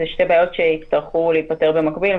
אלו שתי בעיות שיצטרכו להיפתר במקביל.